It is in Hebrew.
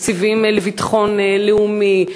תקציבים לביטחון לאומי,